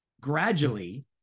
gradually